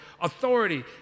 authority